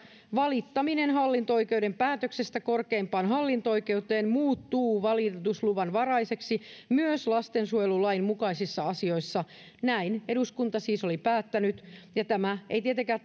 valittaminen hallinto oikeuden päätöksestä korkeimpaan hallinto oikeuteen muuttuu valitusluvanvaraiseksi myös lastensuojelulain mukaisissa asioissa näin eduskunta siis oli päättänyt ja tämä ei tietenkään